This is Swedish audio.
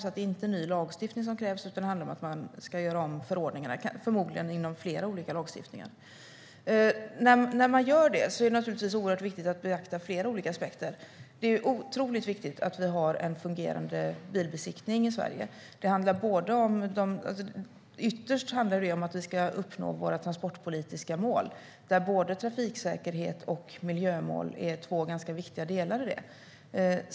Det är inte ny lagstiftning som krävs utan det handlar om att göra om förordningarna, förmodligen inom flera olika lagstiftningar. Det är naturligtvis oerhört viktigt att beakta flera olika aspekter. Det är otroligt viktigt att det finns en fungerande bilbesiktning i Sverige. Ytterst handlar det om att uppnå våra transportpolitiska mål där både trafiksäkerhet och miljömål är två viktiga delar.